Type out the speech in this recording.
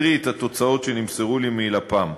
ואקריא את התוצאות שנמסרו לי מלפ"מ.